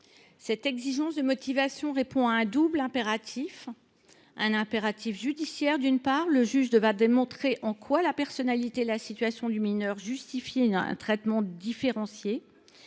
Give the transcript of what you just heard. Cette exigence répond à un double impératif : un impératif judiciaire d’abord, puisque le juge devra démontrer en quoi la personnalité et la situation du mineur justifient un traitement différencié